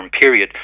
period